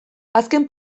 azken